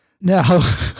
Now